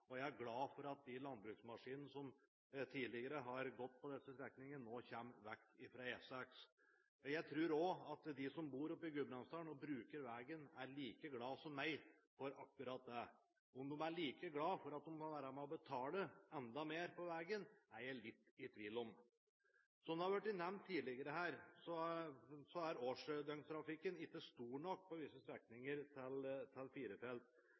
og jeg er glad for at de landbruksmaskinene som tidligere har gått på disse strekningene, nå kommer bort fra E6. Jeg tror også at de som bor i Gudbrandsdalen og bruker veien, er like glad som meg for akkurat det. Om de er like glad for at de må være med og betale enda mer på veien, er jeg litt i tvil om. Som det har blitt nevnt tidligere her, er årsdøgntrafikken ikke stor nok på visse strekninger til